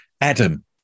Adam